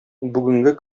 бүгенге